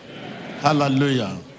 hallelujah